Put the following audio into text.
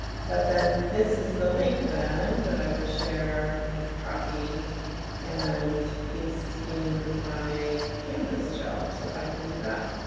but then this is the link then that i would share copy and paste in my canvas shell. so i can do that.